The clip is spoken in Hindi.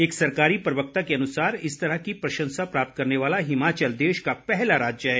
एक सरकारी प्रवक्ता के अनुसार इस तरह की प्रशंसा प्राप्त करने वाला हिमाचल देश का पहला राज्य है